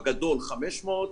בגדול 500,